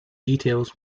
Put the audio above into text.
details